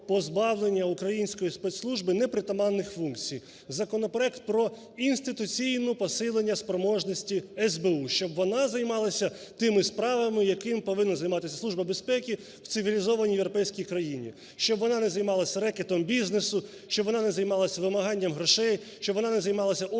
позбавлення української спецслужби непритаманних функцій. Законопроект про інституційне посилення спроможності СБУ, щоб вона займалася тими справами, якими повинна займатися Служби безпеки в цивілізованій європейській країні. Щоб вона не займалася рекетом бізнесу, щоб вона не займалася вимаганням грошей, щоб вона не займалася